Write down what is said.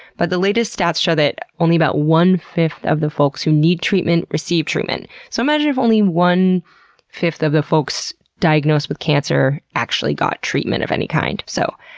but the latest stats show that only about one fifth of the folks who need treatment, received treatment. so imagine if only one fifth of the folks diagnosed with cancer actually got treatment of any kind. so,